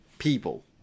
people